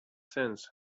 sense